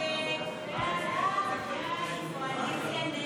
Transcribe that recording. הסתייגות 113 לא נתקבלה.